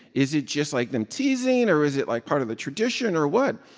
is it just like them teasing? or is it, like, part of a tradition or what?